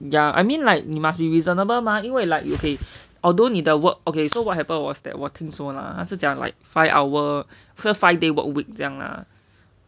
ya I mean like be reasonable mah 因为 like okay although 你的 work okay so what happened was that 我听说 lah 他是讲 like five hour 是 five day work week 这样 lah